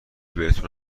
بهتون